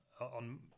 on